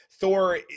Thor